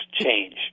Change